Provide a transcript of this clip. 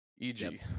eg